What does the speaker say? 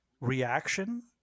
reaction